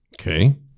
Okay